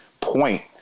point